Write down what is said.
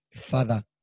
father